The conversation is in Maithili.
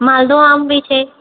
मालदह आम भी छै